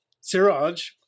Siraj